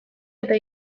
eta